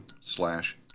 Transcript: slash